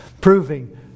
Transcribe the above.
proving